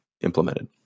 implemented